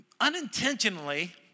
unintentionally